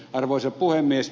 arvoisa puhemies